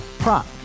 Prop